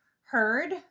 heard